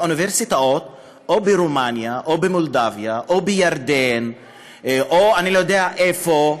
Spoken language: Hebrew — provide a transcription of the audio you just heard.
באוניברסיטאות ברומניה או במולדביה או בירדן או אני לא יודע איפה.